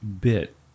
bit